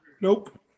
Nope